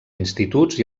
instituts